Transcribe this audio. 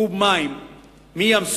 קוב מים מים-סוף,